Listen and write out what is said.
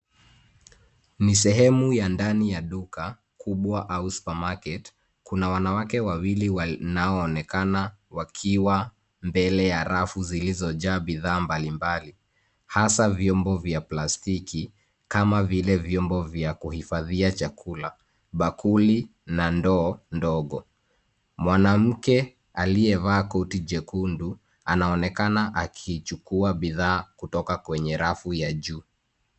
Ni sehemu ya ndani ya duka kubwa au supermarket . Kuna wanawake wawili wanaoonekana wakiwa mbele ya rafu zilizojaa bidhaa mbalimbali hasa vyombo vya plastiki kama vile vyombo vya kuhifadhia chakula; bakuli na ndoo ndogo. Mwanamke aliyevaa koti jekundu anaonekana akichukua bidhaa kutoka kwenye rafu ya juu.